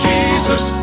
Jesus